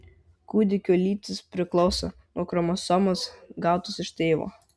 kūdikio lytis priklauso nuo chromosomos gautos iš tėvo